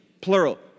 Plural